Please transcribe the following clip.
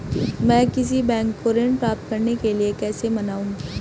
मैं किसी बैंक को ऋण प्राप्त करने के लिए कैसे मनाऊं?